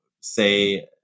say